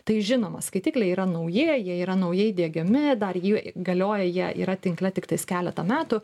tai žinoma skaitikliai yra nauji jie yra naujai diegiami dar ji galioja jie yra tinkle tiktais keletą metų